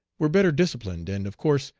were better disciplined, and, of course,